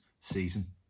season